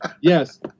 Yes